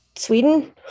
Sweden